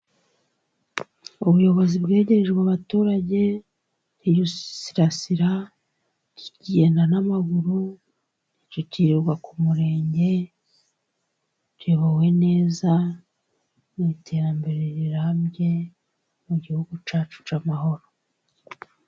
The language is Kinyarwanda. Ubuyobozi bwegerejwe abaturage. Ntitugisirasira, ntitukigenda n'amaguru ntitukirirwa ku murenge. Tuyobowe neza, mu iterambere rirambye, mu gihugu cyacu cy'amahoro.